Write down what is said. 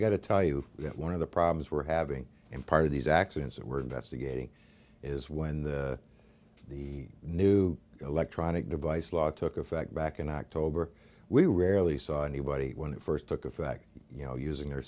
got to tell you that one of the problems we're having in part of these accidents that we're investigating is when the the new electronic device law took effect back in october we rarely saw anybody when they first took a fact you know using their